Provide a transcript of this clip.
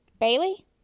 Bailey